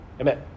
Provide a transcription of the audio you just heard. Amen